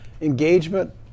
Engagement